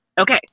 Okay